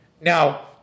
Now